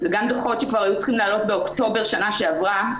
גם דוחות שהיו צריכים לעלות באוקטובר בשנה שעברה,